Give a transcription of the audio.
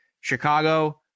Chicago